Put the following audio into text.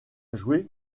joué